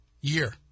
year